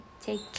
take